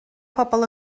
pobl